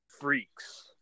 freaks